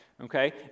okay